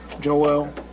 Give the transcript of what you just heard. Joel